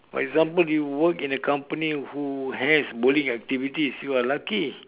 for example you work in the company who has bowling activities you are lucky